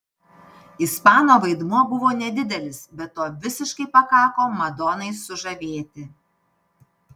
ispano vaidmuo buvo nedidelis bet to visiškai pakako madonai sužavėti